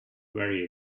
very